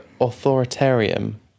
authoritarian